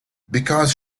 because